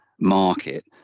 market